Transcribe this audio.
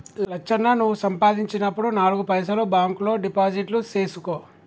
లచ్చన్న నువ్వు సంపాదించినప్పుడు నాలుగు పైసలు బాంక్ లో డిపాజిట్లు సేసుకో